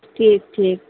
ठीक ठीक